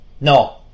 No